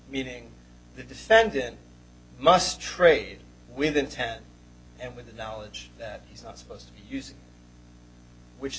meaning the defendant must trade within ten and with the knowledge that he's not supposed to use it which is